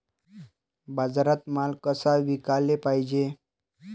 बाजारात माल कसा विकाले पायजे?